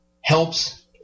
helps